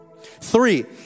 Three